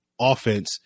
offense